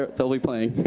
ah they'll be playing.